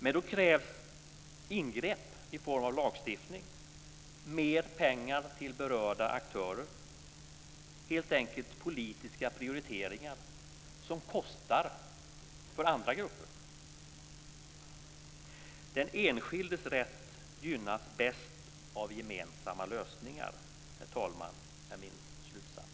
Men då krävs ingrepp i form av lagstiftning och mer pengar till berörda aktörer, helt enkelt politiska prioriteringar, som kostar för andra grupper. Den enskildes rätt gynnas bäst av gemensamma lösningar, herr talman. Det är min slutsats.